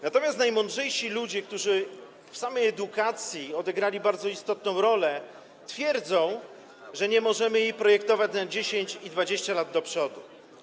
Natomiast najmądrzejsi ludzie, którzy w samej edukacji odegrali bardzo istotną rolę, twierdzą, że nie możemy jej projektować na 10 i 20 lat do przodu.